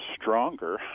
stronger